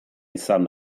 izan